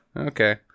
Okay